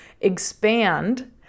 expand